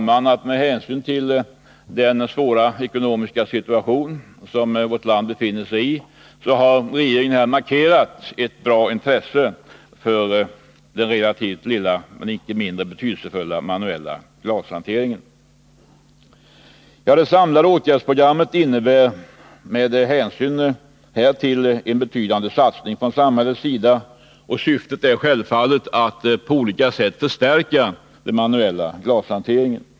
Med hänsyn till den svåra ekonomiska situation som vårt land befinner sig i har regeringen markerat sitt intresse för den relativt blygsamma men för den skull inte mindre betydelsefulla glashanteringen. Det samlade åtgärdsprogrammet är, alltså med hänsyn till det för vårt land hårt ansträngda ekonomiska läget, en betydande satsning från samhällets sida. Syftet är självfallet att på olika sätt förstärka den manuella glashanteringen.